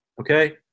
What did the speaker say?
Okay